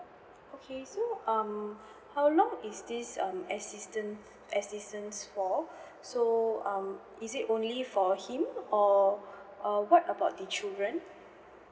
okay so um how long is this um assistant assistance for so um is it only for him or uh what about the children